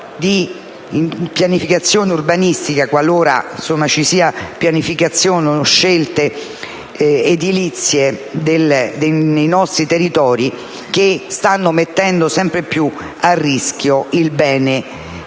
di pianificazione urbanistica - qualora ci siano pianificazione o scelte edilizie nei nostri territori - che stanno mettendo sempre più a rischio il bene